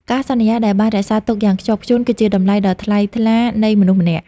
ការសន្យាដែលបានរក្សាទុកយ៉ាងខ្ជាប់ខ្ជួន គឺជាតម្លៃដ៏ថ្លៃថ្លានៃមនុស្សម្នាក់។